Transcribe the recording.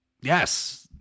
yes